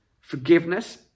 Forgiveness